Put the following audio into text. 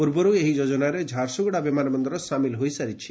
ପ୍ରବରୁ ଏହି ଯୋଜନାରେ ଝାରସୁଗୁଡ଼ା ବିମାନ ବନ୍ଦର ସାମିଲ୍ ହୋଇସାରିଛି